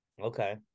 Okay